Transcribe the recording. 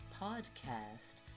podcast